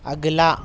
اگلا